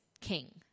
king